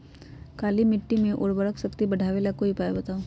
काली मिट्टी में उर्वरक शक्ति बढ़ावे ला कोई उपाय बताउ?